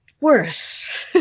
worse